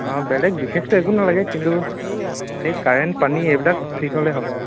অঁ বেলেগ বিশেষটো একো নালাগে কিন্তু এই কাৰেণ্ট পানী এইবিলাক ঠিক হ'লে হ'ব আৰু